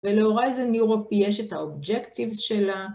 ולאורייזן-אירופי יש את האובג'קטיבס שלה.